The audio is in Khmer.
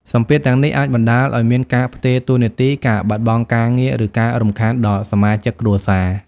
សម្ពាធទាំងនេះអាចបណ្ដាលឲ្យមានការផ្ទេរតួនាទី ការបាត់បង់ការងារ ឬការរំខានដល់សមាជិកគ្រួសារ។